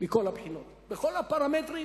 מכל הבחינות, בכל הפרמטרים